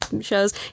shows